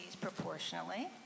proportionally